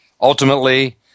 Ultimately